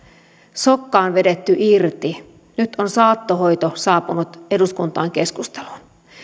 sokka on vedetty irti nyt on saattohoito saapunut eduskuntaan keskusteluun